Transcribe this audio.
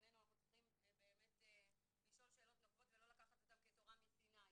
לפנינו אנחנו צריכים לשאול שאלות נוקבות ולא לקחת אותם כתורה מסיני.